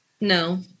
no